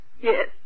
Yes